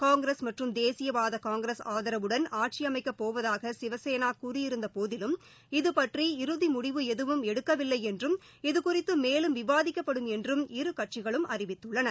காங்கிரஸ் மற்றும் தேசியவாத காங்கிரஸ் ஆதரவுடன் ஆட்சி அமைக்கப் போவதாக சிவசேனா கூறியிருந்தபோதிலும் இதுபற்றி இறுதி முடிவு எதுவும் எடுக்கவில்லை என்றும் இது குறித்து மேலும் விவாதிக்கப்படும் என்றும் இரு கட்சிகளும் அறிவித்துள்ளன